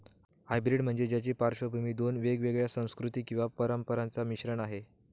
hybrid म्हणजे ज्याची पार्श्वभूमी दोन वेगवेगळ्या संस्कृती किंवा परंपरांचा मिश्रण आहे